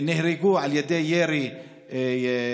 נהרגו על ידי ירי שוטרים,